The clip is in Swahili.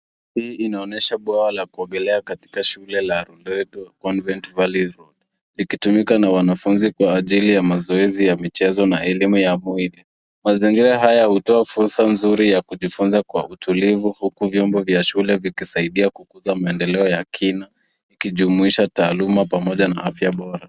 Hii inaonesha bwawa la kuogelea katika shule la Loretto Convent Valley Road likitumika na wanafunzi kwa ajili ya mazoezi ya michezo na elimu ya mwili.. Mazingira haya hutoa fursa nzuri ya kujifunza kwa utulivu huku vyombo vya shule vikisaidia kukuza maendeleo ya kina, ikijumuisha taaluma pamoja na afya bora.